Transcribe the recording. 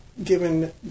Given